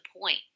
point